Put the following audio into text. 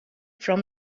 from